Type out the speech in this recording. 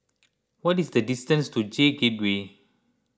what is the distance to J Gateway